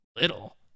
Little